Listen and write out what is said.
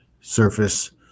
surface